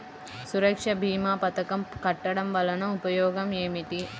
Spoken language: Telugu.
సురక్ష భీమా పథకం కట్టడం వలన ఉపయోగం ఏమిటి?